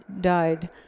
died